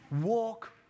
Walk